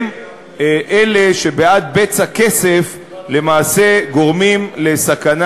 הם אלה שבעד בצע כסף למעשה גורמים לסכנה